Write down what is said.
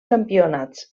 campionats